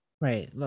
Right